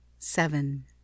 Seven